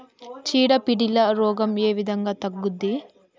చీడ పీడల రోగం ఏ విధంగా తగ్గుద్ది?